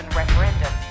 referendum